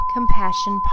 Compassion